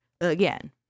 again